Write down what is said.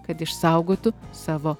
kad išsaugotų savo